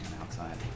outside